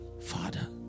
father